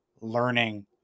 learning